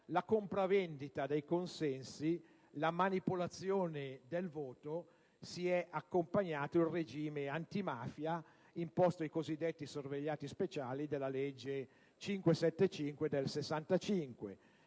la compravendita dei consensi, la manipolazione del voto, si è accompagnato il regime "antimafia", imposto ai cosiddetti sorvegliati speciali dalla legge n. 575 del 1965,